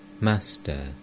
Master